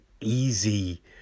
easy